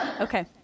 Okay